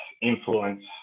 influence